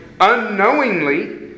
unknowingly